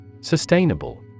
Sustainable